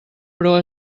però